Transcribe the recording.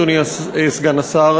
אדוני סגן השר,